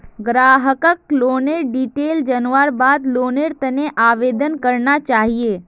ग्राहकक लोनेर डिटेल जनवार बाद लोनेर त न आवेदन करना चाहिए